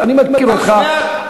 אני מכיר אותך,